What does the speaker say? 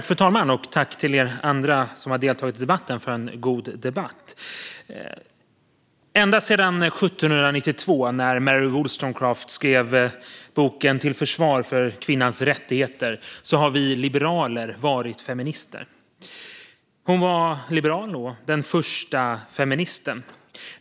Fru talman! Tack, ni som har deltagit i debatten, för en god debatt! Ända sedan 1792 när Mary Wollstonecraft skrev boken Till försvar för kvinnans rättigheter har vi liberaler varit feminister. Hon var liberal och den första feministen.